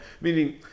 meaning